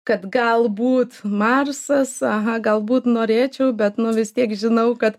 kad galbūt marsas aha galbūt norėčiau bet nu vis tiek žinau kad